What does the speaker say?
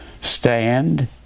stand